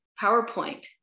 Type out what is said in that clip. PowerPoint